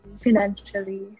financially